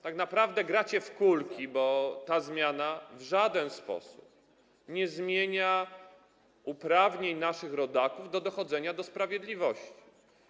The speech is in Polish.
Tak naprawdę gracie w kulki, bo ta zmiana w żaden sposób nie zmienia uprawnień naszych rodaków do dochodzenia sprawiedliwości.